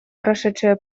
прошедшие